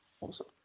awesome